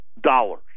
dollars